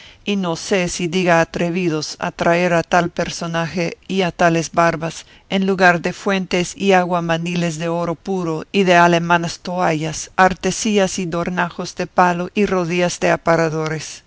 y no sé si diga atrevidos a traer a tal personaje y a tales barbas en lugar de fuentes y aguamaniles de oro puro y de alemanas toallas artesillas y dornajos de palo y rodillas de aparadores